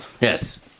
Yes